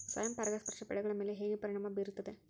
ಸ್ವಯಂ ಪರಾಗಸ್ಪರ್ಶ ಬೆಳೆಗಳ ಮೇಲೆ ಹೇಗೆ ಪರಿಣಾಮ ಬೇರುತ್ತದೆ?